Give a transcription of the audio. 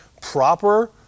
proper